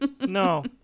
No